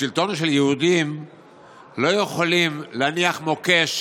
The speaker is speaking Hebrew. בשלטון של יהודים לא יכולים להניח מוקש,